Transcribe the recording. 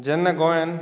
जेन्ना गोंयांत